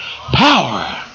Power